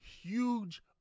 huge